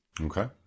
Okay